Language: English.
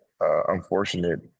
unfortunate